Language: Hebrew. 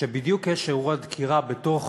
שבדיוק יש אירוע דקירה בתוך